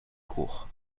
court